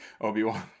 Obi-Wan